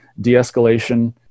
de-escalation